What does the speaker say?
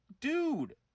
dude